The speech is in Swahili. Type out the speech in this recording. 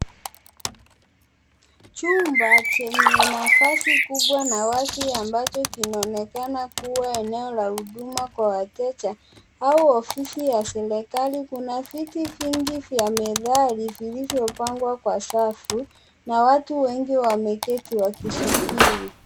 Chumba chenye nafasi kubwa na wazi ambacho kinaonekana kuwa eneo la huduma kwa wateja, au ofisi ya serikali kuna viti vingi vya methali vilivyopangwa kwa safu, na watu wengi wameketi wakisubiri.